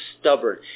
stubborn